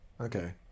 Okay